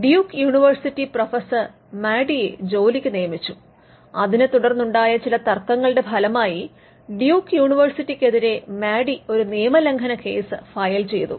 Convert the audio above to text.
Duke university professor മാഡിയെ ജോലിക്ക് നിയമിച്ചു അതിനെ തുടർന്നുണ്ടായ ചില തർക്കങ്ങളുടെ ഫലമായി ഡ്യൂക്ക് യൂണിവേഴ്സിറ്റിക്കെതിരെ മാഡി ഒരു നിയമ ലംഘന കേസ് ഫയൽ ചെയ്തു